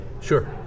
Sure